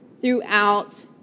throughout